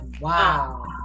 Wow